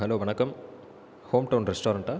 hello வணக்கம் hometown ரெஸ்டாரெண்ட்டா